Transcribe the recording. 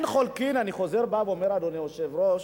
אני חוזר ואומר, אדוני היושב-ראש,